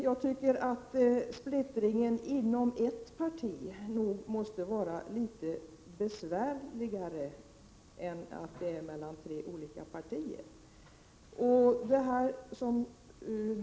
Jag tycker nog att splittringen inom ett parti måste vara besvärligare än mellan tre olika partier.